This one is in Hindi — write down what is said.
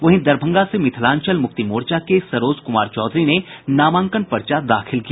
वहीं दरभंगा से मिथिलांचल मुक्ति मोर्चा के सरोज कुमार चौधरी ने नामांकन पर्चा दाखिल किया